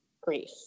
grief